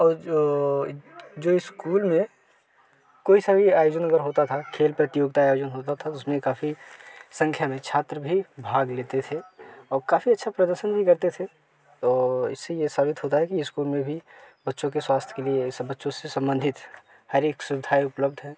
जो जो स्कूल में कोई सभी आयोजन होता था खेल प्रतियोगिता आयोजन होता था उसमें काफ़ी जैवलिन थ्रो संख्या में छात्र भी भाग लेते थे और काफ़ी अच्छा प्रदर्शन भी करते थे तो इसलिए साबित होता है कि स्कूल में भी बच्चों के स्वास्थ्य के लिए ऐसा बच्चों से संबंधित हर एक सुविधाएँ उपलब्ध है